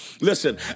Listen